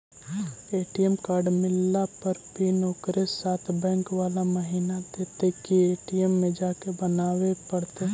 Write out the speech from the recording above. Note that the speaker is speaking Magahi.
ए.टी.एम कार्ड मिलला पर पिन ओकरे साथे बैक बाला महिना देतै कि ए.टी.एम में जाके बना बे पड़तै?